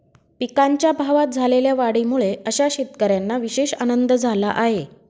पिकांच्या भावात झालेल्या वाढीमुळे अशा शेतकऱ्यांना विशेष आनंद झाला आहे